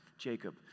Jacob